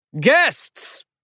Guests